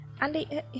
Andy